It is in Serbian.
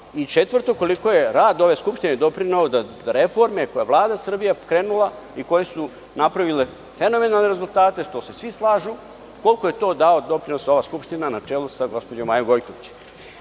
I četvrto, koliko je rad ove Skupštine doprineo da reforme koje je Vlada Srbije pokrenula i koje su napravile fenomenalne rezultate, što se svi slažu, koliko je to dala doprinos ova Skupština na čelu sa gospođom Majom Gojković? Kada